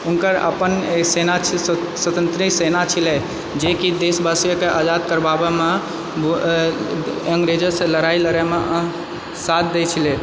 हुनकर अपन एक सेना छलै स्वतन्त्र सेना छलै हँ जेकि देशवासियोके आजाद करबाबएमे अंग्रेजोंसे लड़ाइ लड़एमे साथ दए छलै हँ